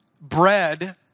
Bread